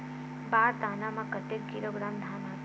बार दाना में कतेक किलोग्राम धान आता हे?